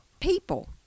people